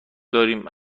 داریم